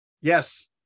Yes